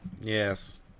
Yes